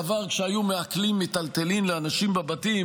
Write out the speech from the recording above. בעבר כשהיו מעקלים מיטלטלין לאנשים בבתים,